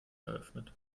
eröffnet